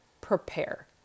Prepare